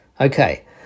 okay